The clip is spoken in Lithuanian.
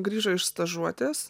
grįžo iš stažuotės